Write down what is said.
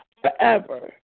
forever